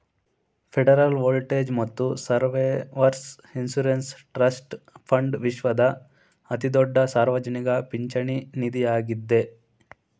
federal old age ಮತ್ತು survivors insurance trust fund ವಿಶ್ವದ ಅತಿದೊಡ್ಡ ಸಾರ್ವಜನಿಕ ಪಿಂಚಣಿ ನಿಧಿಯಾಗಿದ್ದೆ